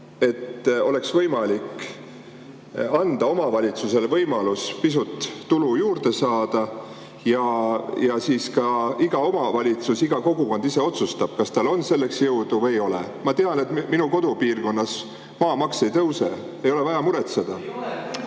et saaks omavalitsusele anda võimaluse pisut tulu juurde saada. Las iga omavalitsus, iga kogukond ise otsustab, kas tal on selleks jõudu või ei ole. Ma tean, et minu kodupiirkonnas maamaks ei tõuse, ei ole vaja muretseda.